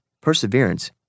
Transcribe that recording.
perseverance